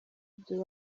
ibyo